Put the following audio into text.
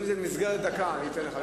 אם זה במסגרת דקה, אתן לך.